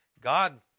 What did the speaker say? God